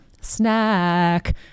snack